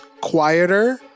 quieter